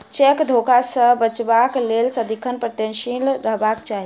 cheque धोखा सॅ बचबाक लेल सदिखन प्रयत्नशील रहबाक चाही